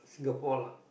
Singapore lah